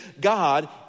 God